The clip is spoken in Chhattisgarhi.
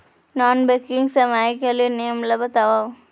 नॉन बैंकिंग सेवाएं के नियम ला बतावव?